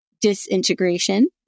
disintegration